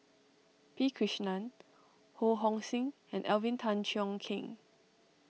P Krishnan Ho Hong Sing and Alvin Tan Cheong Kheng